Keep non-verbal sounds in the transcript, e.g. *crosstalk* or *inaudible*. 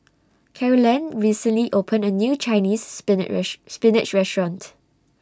Carolann recently opened A New Chinese *unintelligible* Spinach Restaurant